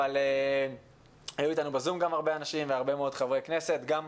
אבל היו אתנו ב-זום גם הרבה אנשים והרבה מאוד חברי כנסת וגם